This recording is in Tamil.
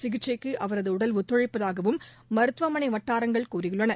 சிகிச்சைக்கு அவரது உடல் ஒத்துழைப்பதாகவும் மருத்துவமனை வட்டாரங்கள் கூறியுள்ளன